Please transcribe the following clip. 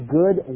good